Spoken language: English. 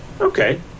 Okay